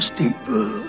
deeper